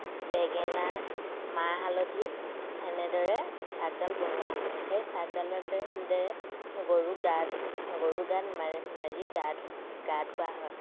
বেগেনা মাহ হালধি সেনেদৰে চাকডাল বনোৱা হয় সেই চাকডালদে দেৰে গৰুৰ গাত গৰুৰ গাত মাৰি মাৰি গা ধো গা ধোৱা হয়